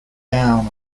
down